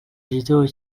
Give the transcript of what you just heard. igitego